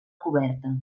coberta